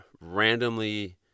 randomly